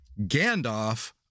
Gandalf